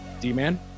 D-Man